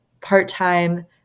part-time